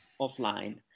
offline